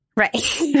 Right